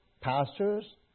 pastors